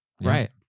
Right